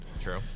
True